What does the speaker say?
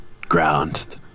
ground